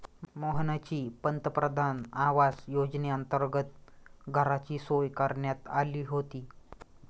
मोहनची पंतप्रधान आवास योजनेअंतर्गत घराची सोय करण्यात आली होती